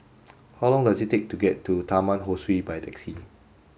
how long does it take to get to Taman Ho Swee by taxi